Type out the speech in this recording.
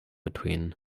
between